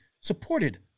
supported